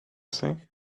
say